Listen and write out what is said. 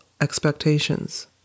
expectations